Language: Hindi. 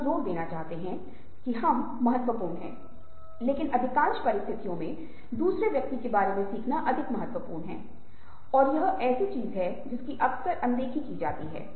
आप देखते हैं कि सहानुभूति से जुड़े पांच तत्व अन्य लोगों को समझना हैं अन्य लोगों को विकसित कर ना हैं जो एक समुदाय का विकास करना हैं एक प्रतिक्रिया सहानुभूति अन्य लोगों की मदद करने की कोशिश करती है ताकि सेवा उन्मुखीकरण हो जहां आप अपने बारे में कम सोचते हैं और अन्य व्यक्ति के बारे में अधिक